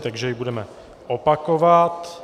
Takže ho budeme opakovat.